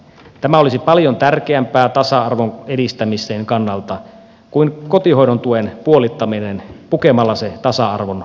tämä olisi paljon tärkeämpää tasa arvon edistämisen kannalta kuin kotihoidon tuen puolittaminen pukemalla se tasa arvon valekaapuun